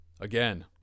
Again